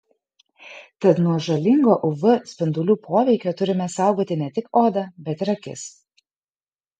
tad nuo žalingo uv spindulių poveikio turime saugoti ne tik odą bet ir akis